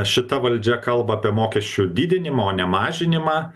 šita valdžia kalba apie mokesčių didinimą o ne mažinimą